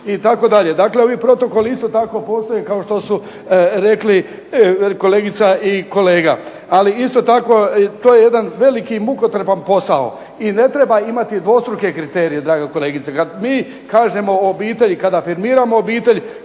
itd. Dakle, ovi protokoli isto tako postoje kao što su rekli kolegica i kolega, ali isto tako to je jedan velik i mukotrpan i ne treba imati dvostruke kriterije draga kolegice. Kad mi kažemo obitelji, kad afirmiramo obitelj,